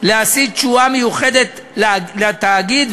להשיא תשואה מיוחדת לתאגיד,